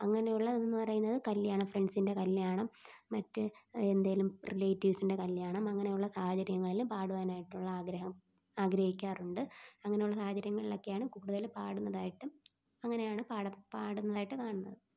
അങ്ങനെയുള്ളതെന്ന് പറയുന്നത് കല്യാണം ഫ്രണ്ട്സിൻറ്റെ കല്യാണം മറ്റ് എന്തേലും റിലേറ്റീവ്സിൻറ്റെ കല്യാണം അങ്ങനെയുള്ള സാഹചര്യങ്ങളില് പാടുവാനായിട്ടുള്ള ആഗ്രഹം ആഗ്രഹിക്കാറുണ്ട് അങ്ങനെയുള്ള സാഹചര്യങ്ങളിലൊക്കെയാണ് കൂടുതൽ പാടുന്നതായിട്ടും അങ്ങനെയാണ് പാടം പാടുന്നത് ആയിട്ട് കാണുന്നത്